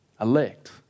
elect